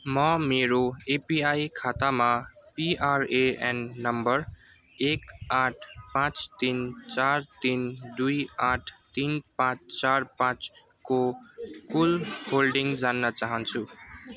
म मेरो एपिआई खातामा पिआरएएन नम्बर एक आठ पाँच तिन चार तिन दुई आठ तिन पाँच चार पाँचको कुल होल्डिङ जान्न चाहन्छु